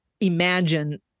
imagine